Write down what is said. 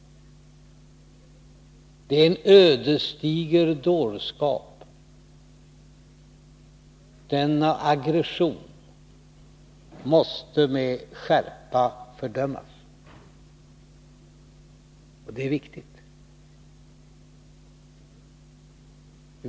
Det är en ödesdiger dårskap. Denna aggression måste med skärpa fördömas. Det är viktigt.